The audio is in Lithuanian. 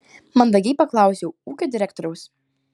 mandagiai paklausiau ūkio direktoriaus